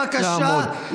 בבקשה,